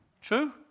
True